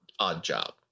Oddjob